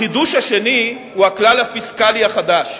החידוש השני הוא הכלל הפיסקלי החדש,